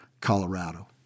Colorado